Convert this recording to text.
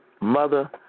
Mother